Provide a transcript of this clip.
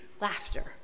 laughter